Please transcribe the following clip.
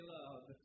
love